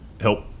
help